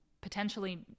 potentially